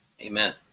Amen